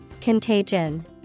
Contagion